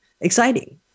Exciting